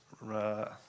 right